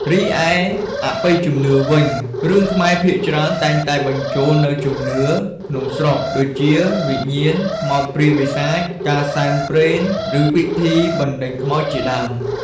រីឯអបិយជំនឿវិញរឿងខ្មែរភាគច្រើនតែងតែបញ្ចូលនូវជំនឿក្នុងស្រុក ដូចជាវិញ្ញាណ ខ្មោចព្រាយបិសាច ការសែនព្រេន ឬពិធីបណ្ដេញខ្មោចជាដើម ។